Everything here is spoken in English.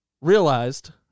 realized